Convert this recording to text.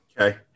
Okay